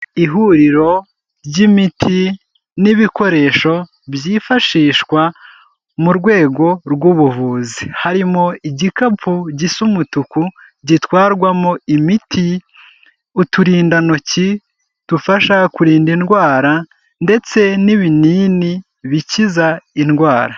Ihuriro ry'imiti n'ibikoresho byifashishwa mu rwego rw'ubuvuzi, harimo igikapu gisa umutuku gitwarwamo imiti, uturindantoki dufasha kurinda indwara ndetse n'ibinini bikiza indwara.